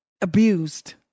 abused